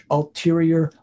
ulterior